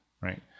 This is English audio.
Right